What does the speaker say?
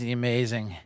amazing